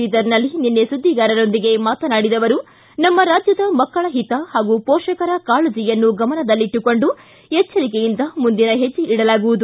ಬೀದರ್ನಲ್ಲಿ ನಿನ್ನೆ ಸುದ್ದಿಗಾರರೊಂದಿಗೆ ಮಾತನಾಡಿದ ಅವರು ನಮ್ಮ ರಾಜ್ಯದ ಮಕ್ಕಳ ಹಿತ ಹಾಗೂ ಪೋಷಕರ ಕಾಳಜೆಯನ್ನು ಗಮನದಲ್ಲಿಟ್ಟುಕೊಂಡು ಎಚ್ವರಿಕೆಯಿಂದ ಮುಂದಿನ ಹೆಜ್ಜೆ ಇಡಲಾಗುವುದು